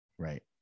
Right